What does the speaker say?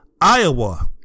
Iowa